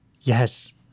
Yes